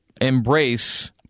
embrace